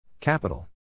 Capital